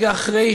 רגע אחרי,